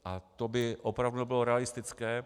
A to by opravdu nebylo realistické.